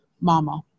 mama